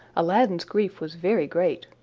aladdin's grief was very great,